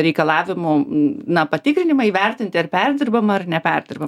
reikalavimų na patikrinimą įvertinti ar perdirbama ar neperdirbama